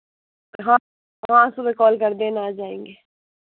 हाँ हाँ सुबह कॉल कर देना आ जाएँगे